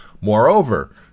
Moreover